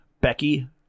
Becky